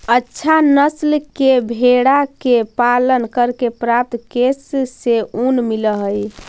अच्छा नस्ल के भेडा के पालन करके प्राप्त केश से ऊन मिलऽ हई